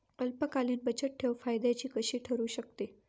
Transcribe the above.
अल्पकालीन बचतठेव फायद्याची कशी ठरु शकते?